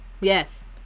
Yes